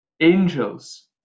angels